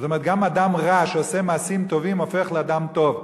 זאת אומרת שגם אדם רע שעושה מעשים טובים הופך לאדם טוב,